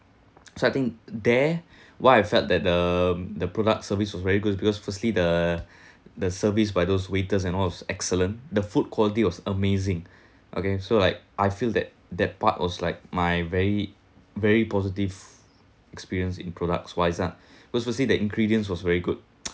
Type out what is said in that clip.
so I think there why I felt that the the product service was very good because firstly the the service by those waiters and all was excellent the food quality was amazing okay so like I feel that that part was like my very very positive experience in products wise ah especially the ingredients was very good